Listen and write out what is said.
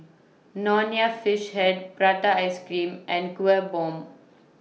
Nonya Fish Head Prata Ice Cream and Kueh Bom